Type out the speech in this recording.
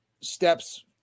steps